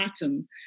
pattern